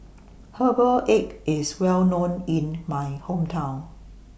Herbal Egg IS Well known in My Hometown